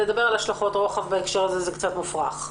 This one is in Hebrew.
לדבר על השלכות רוחב בהקשר הזה זה קצת מופרך.